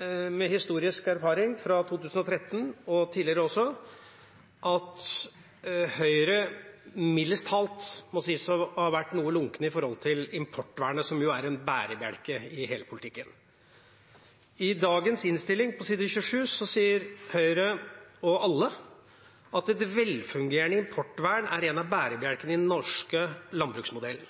av historisk erfaring fra 2013 og også tidligere at Høyre, mildest talt, må sies å ha vært noe lunkne med hensyn til importvernet, som jo er en bærebjelke i hele politikken. I dagens innstilling, på side 27, sier Høyre – og alle – at «et velfungerende importvern er en av bærebjelkene i den norske landbruksmodellen».